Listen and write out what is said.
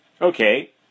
Okay